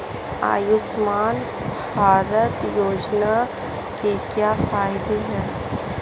आयुष्मान भारत योजना के क्या फायदे हैं?